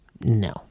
no